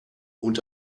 und